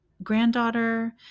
granddaughter